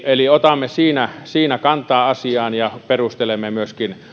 eli otamme siinä siinä kantaa asiaan ja perustelemme myöskin